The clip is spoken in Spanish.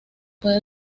puede